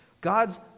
God's